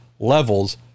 levels